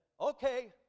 okay